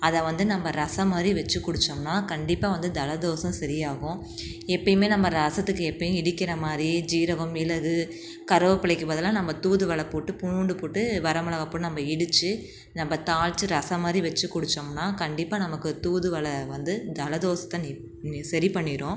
அதை வந்து நம்ம ரசம் மாதிரி வச்சு குடிச்சோம்னால் கண்டிப்பாக வந்து ஜலதோஷம் சரி ஆகும் எப்போயுமே நம்ம ரசத்துக்கு எப்போயும் இடிக்கிற மாதிரி ஜீரகம் மிளகு கருவேப்பிலைக்கு பதிலாக நம்ம தூதுவளை போட்டு பூண்டு போட்டு வரமிளகாய் போட்டு நம்ம இடித்து நம்ம தாளித்து ரசம் மாதிரி வச்சு குடிச்சோம்னால் கண்டிப்பாக நமக்கு தூதுவளை வந்து ஜலதோஷத்த நிப் நி சரி பண்ணிடும்